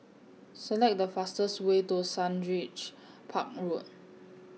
Select The fastest Way to Sundridge Park Road